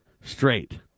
straight